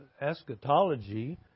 eschatology